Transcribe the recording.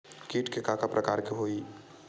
कीट के का का प्रकार हो होही?